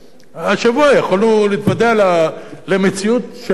השבוע יכולנו להתוודע למציאות של רובין